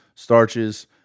starches